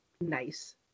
nice